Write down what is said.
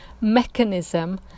mechanism